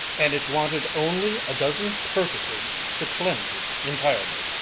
and it wanted only a dozen purgatives to cleanse it entirely.